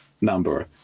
number